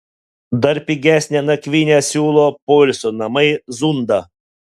dar pigesnę nakvynę siūlo poilsio namai zunda